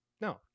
no